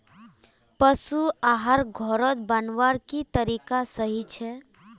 पशु आहार घोरोत बनवार की तरीका सही छे?